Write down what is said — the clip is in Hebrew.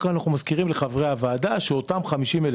אנחנו רק מזכירים לחברי הוועדה שאותם 50,000